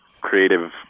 creative